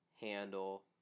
handle